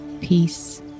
peace